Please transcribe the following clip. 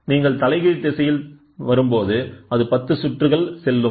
நீங்கள் தலைகீழ் திசையில் வரும்போது அது 10 சுற்றுகள் செல்லும்